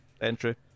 entry